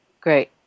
Great